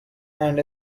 and